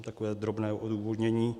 Takové drobné odůvodnění.